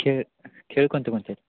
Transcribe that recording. खेळ खेळ कोणते कोणते